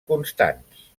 constants